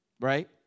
Right